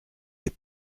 des